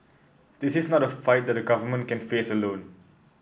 this is not a fight that the government can face alone